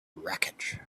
wreckage